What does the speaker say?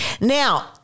Now